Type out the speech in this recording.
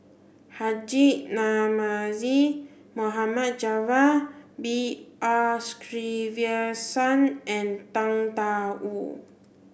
Haji Namazie Mohd Javad B R Sreenivasan and Tang Da Wu